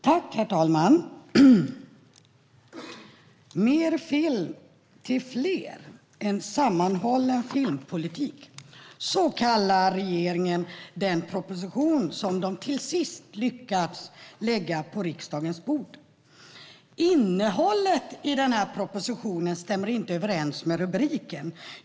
Herr talman! Mer film till fler - en sammanhållen filmpolitik kallar regeringen den proposition som man till sist har lyckats lägga på riksdagens bord. Innehållet i propositionen stämmer inte överens med rubriken.